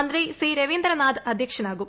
മന്ത്രി സി രവീന്ദ്രനാഥ് അധ്യക്ഷനാകും